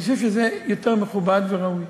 אני חושב שזה יותר מכובד וראוי.